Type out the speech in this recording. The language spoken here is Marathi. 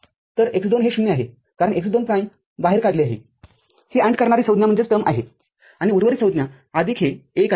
तर x२ हे ० आहे कारण x२ प्राईमबाहेर काढले आहे ही AND करणारी संज्ञाआहे आणि उर्वरित संज्ञा आदिक हे १ आहे